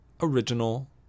original